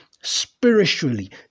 Spiritually